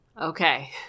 Okay